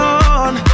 on